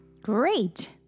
Great